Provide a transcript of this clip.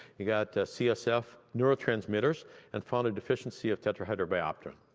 he got csf neurotransmitters and found a deficiency of tetra hydrobiopterin.